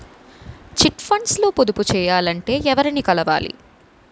Chit funds లో పొదుపు చేయాలంటే ఎవరిని కలవాలి?